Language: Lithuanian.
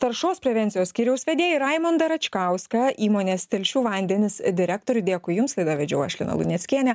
taršos prevencijos skyriaus vedėją ir raimundą račkauską įmonės telšių vandenys direktorių dėkui jums laidą vedžiau aš lina luneckienė